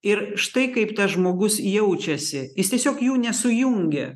ir štai kaip tas žmogus jaučiasi jis tiesiog jų nesujungia